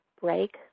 break